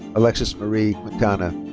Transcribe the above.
alexis marie quintana.